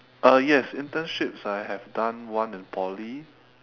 uh yes internships I have done one in poly